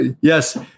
yes